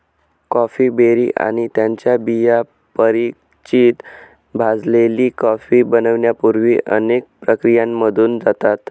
coffee berry आणि त्यांच्या बिया परिचित भाजलेली कॉफी बनण्यापूर्वी अनेक प्रक्रियांमधून जातात